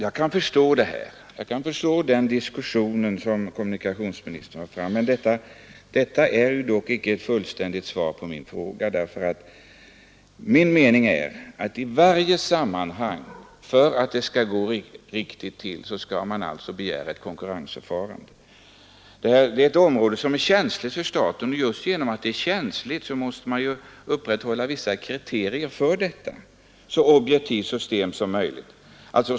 Herr talman! Jag kan förstå kommunikationsministerns argumentation, men den är dock icke ett fullständigt svar på min fråga. Min mening är att i varje sammanhang skall man för att det skall gå riktigt till begära ett konkurrensförfarande. Detta är ett område som är känsligt för staten, och just för att det är känsligt måste man upprätthålla vissa kriterier för upphandlingen och tillämpa ett så objektivt system som möjligt.